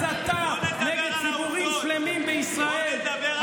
הסתה נגד ציבורים שלמים בישראל,